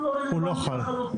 הוא לא רלוונטי לחלוטין.